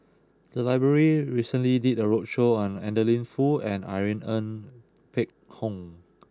the library recently did a roadshow on Adeline Foo and Irene Ng Phek Hoong